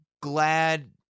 glad